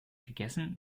gegessen